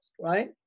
right